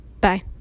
bye